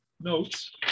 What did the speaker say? Notes